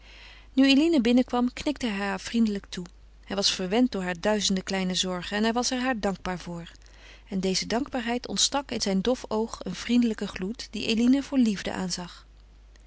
nu eline binnenkwam knikte hij haar vriendelijk toe hij was verwend door hare duizenden kleine zorgen en was er haar dankbaar voor en deze dankbaarheid ontstak in zijn dof oog een vriendelijken gloed dien eline voor liefde aanzag